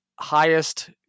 highest